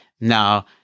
Now